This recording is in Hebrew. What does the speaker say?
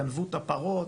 גנבו את הפרות,